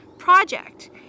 project